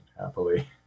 happily